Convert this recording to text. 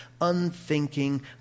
unthinking